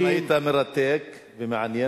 אומנם היית מרתק ומעניין,